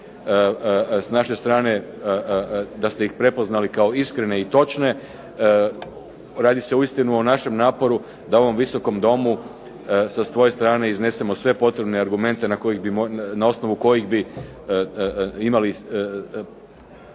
s naše strane da ste ih prepoznali kao iskrene i točne. Radi se uistinu o našem naporu da u ovom Visokom domu sa svoje strane iznesemo sve potrebne argumente na osnovu kojih bi imali